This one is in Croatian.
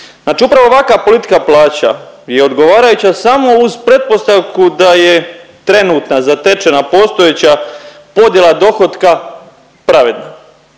Znači upravo ovaka politika plaća je odgovarajuća samo uz pretpostavku da je trenutna zatečena postojeća podjela dohotka pravedna